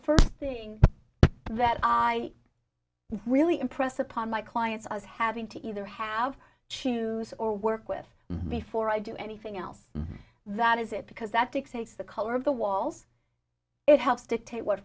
first thing that i really impress upon my clients as having to either have to choose or work with before i do anything else that is it because that fixates the color of the walls it helps dictate what